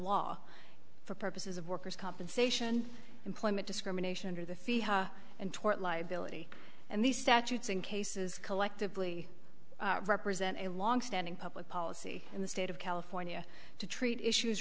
law for purposes of workers compensation employment discrimination or the and tort liability and these statutes and cases collectively represent a long standing public policy in the state of california to treat issues